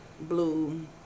blue